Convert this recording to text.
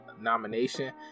nomination